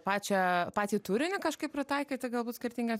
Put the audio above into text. pačią patį turinį kažkaip pritaikyti galbūt skirtingiems